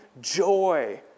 joy